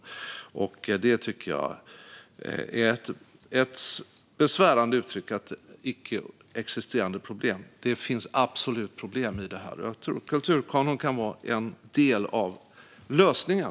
"Icke existerande problem" tycker jag är ett besvärande uttryck. Det finns absolut problem, och jag tror att kulturkanon kan vara en del av lösningen.